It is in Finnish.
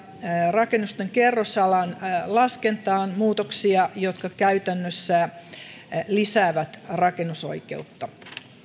rakennusten kerrosalan laskentaan eräitä muutoksia jotka käytännössä lisäävät rakennusoikeutta